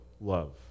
love